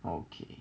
okay